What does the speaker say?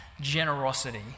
generosity